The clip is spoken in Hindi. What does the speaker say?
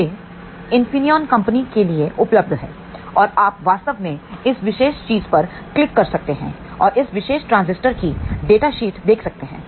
यह Infineon कंपनी के लिए उपलब्ध है और आप वास्तव में इस विशेष चीज़ पर क्लिक कर सकते हैं और इस विशेष ट्रांजिस्टर की डेटा शीट देख सकते हैं